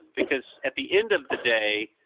because at the end of the day,